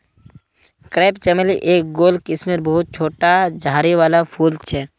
crepe चमेली एक गोल किस्मेर बहुत छोटा झाड़ी वाला फूल छे